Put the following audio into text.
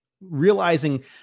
Realizing